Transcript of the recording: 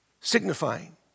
Signifying